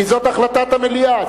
כי זאת החלטת המליאה,